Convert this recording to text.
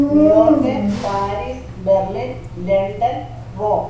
New York Paris Berlin London Rome